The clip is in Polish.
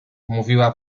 mówiła